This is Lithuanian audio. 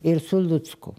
ir su lucku